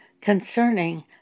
concerning